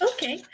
Okay